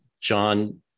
John